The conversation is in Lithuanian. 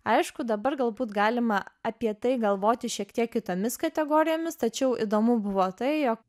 aišku dabar galbūt galima apie tai galvoti šiek tiek kitomis kategorijomis tačiau įdomu buvo tai jog